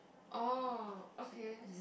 oh okay